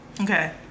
Okay